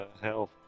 health